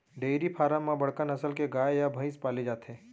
dairy farm म बड़का नसल के गाय या भईंस पाले जाथे